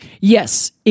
Yes